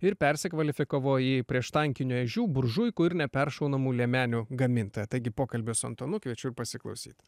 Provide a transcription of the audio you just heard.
ir persikvalifikavo į prieštankinių ežių buržuikų ir neperšaunamų liemenių gamintoją taigi pokalbio su antanu kviečiu ir pasiklausyt